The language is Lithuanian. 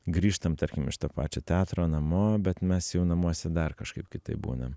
grįžtam tarkim iš to pačio teatro namo bet mes jau namuose dar kažkaip kitaip būnam